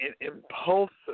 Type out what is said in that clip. impulsive